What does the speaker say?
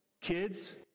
Kids